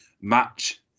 match